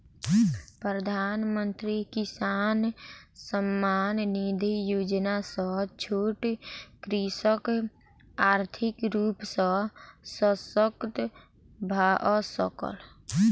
प्रधानमंत्री किसान सम्मान निधि योजना सॅ छोट कृषक आर्थिक रूप सॅ शशक्त भअ सकल